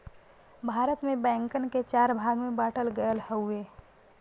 भारत में बैंकन के चार भाग में बांटल गयल हउवे